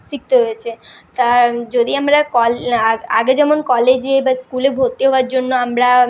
শিখতে হয়েছে তার যদি আমরা কল আগে যেমন কলেজে বা স্কুলে ভর্তি হওয়ার জন্য আমরা